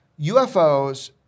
UFOs